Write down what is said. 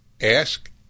Ask